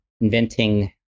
inventing